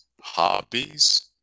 hobbies